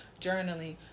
journaling